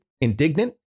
indignant